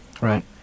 Right